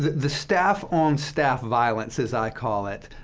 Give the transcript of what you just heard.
the staff-on-staff violence, as i call it,